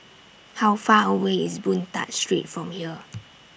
How Far away IS Boon Tat Street from here